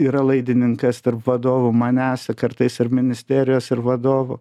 yra laidininkas tarp vadovų manęs ir kartais ir ministerijos ir vadovų